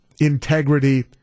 integrity